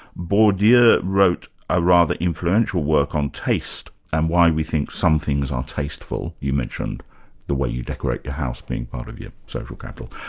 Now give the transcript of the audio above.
bourdieu yeah wrote a rather influential work on taste, and why we think some things are tasteful. you mentioned the way you decorate your house being part of your social capital,